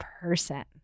person